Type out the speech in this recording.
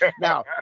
now